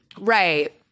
Right